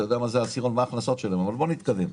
אבל בואו נתקדם.